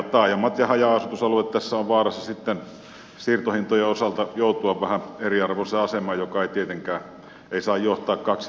taajamat ja haja asutusalueet tässä ovat sitten vaarassa siirtohintojen osalta joutua vähän eriarvoiseen asemaan ja se ei tietenkään saa johtaa kaksihintajärjestelmään